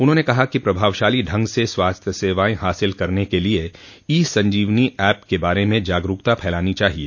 उन्होंने कहा कि प्रभावशाली ढंग से स्वास्थ्य सेवाएं हासिल करने के लिए ई संजीवनी ऐप के बारे में जागरूकता फैलानी चाहिए